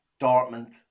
Dortmund